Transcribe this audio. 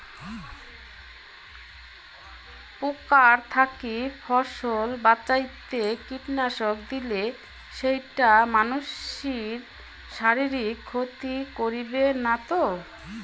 পোকার থাকি ফসল বাঁচাইতে কীটনাশক দিলে সেইটা মানসির শারীরিক ক্ষতি করিবে না তো?